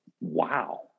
wow